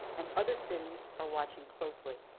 and other cities are watching closely.